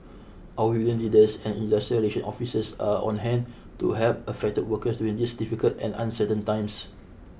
our union leaders and industrial relations officers are on hand to help affected workers during these difficult and uncertain times